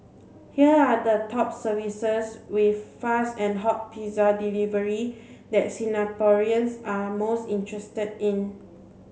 here are the top services with fast and hot pizza delivery that Singaporeans are most interested in